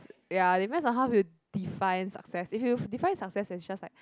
ya depends on how you define success if you define success as just like